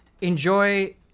enjoy